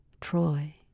Troy